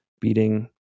beating